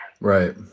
Right